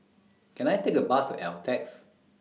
Can I Take A Bus to Altez